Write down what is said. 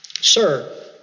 sir